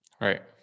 right